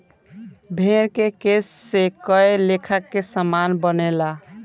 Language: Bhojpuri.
भेड़ के केश से कए लेखा के सामान बनेला